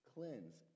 Cleanse